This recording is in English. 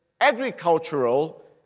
agricultural